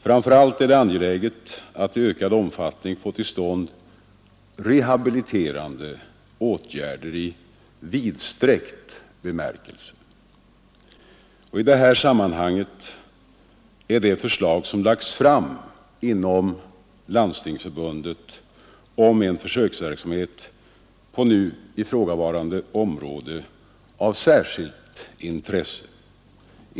Framför allt är det angeläget att i ökad omfattning få till stånd rehabiliterande åtgärder i vidsträckt bemärkelse. I detta sammanhang är det förslag som lagts fram inom Landstingsförbundet om en försöksverksamhet på nu ifrågavarande område av särskilt intresse.